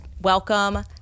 welcome